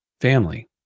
family